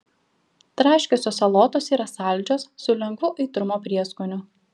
traškiosios salotos yra saldžios su lengvu aitrumo prieskoniu